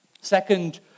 Second